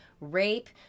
rape